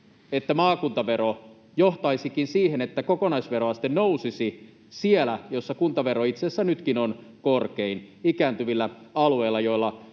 että maakuntavero johtaisikin siihen, että kokonaisveroaste nousisi siellä, missä kuntavero itse asiassa nytkin on korkein, ikääntyvillä alueilla, joilla